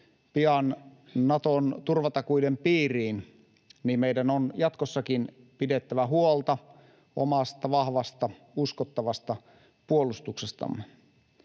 pian Naton turvatakuiden piiriin, meidän on jatkossakin pidettävä huolta omasta vahvasta, uskottavasta puolustuksestamme.